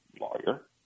lawyer